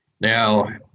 Now